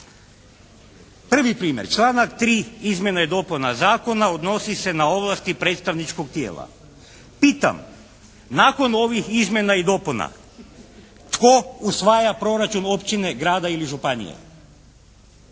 Prvi primjer, članak 3. izmjena i dopuna zakona odnosi se na ovlasti predstavničkog tijela. Pitam nakon ovih izmjena i dopuna tko usvaja proračun općine, grada ili županije?